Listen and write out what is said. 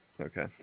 okay